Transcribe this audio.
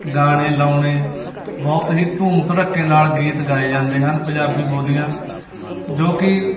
ਗਾਣੇ ਲਗਾਉਣੇ ਬਹੁਤ ਹੀ ਧੂਮ ਧੜੱਕੇ ਨਾਲ ਗੀਤ ਗਾਏ ਜਾਂਦੇ ਹਨ ਪੰਜਾਬੀ ਬੋਲੀਆਂ ਜੋ ਕਿ